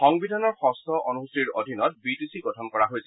সংবিধানৰ ষষ্ঠ অনুসূচীৰ অধীনত বিটিচি গঠন কৰা হৈছিল